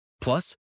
Plus